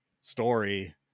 story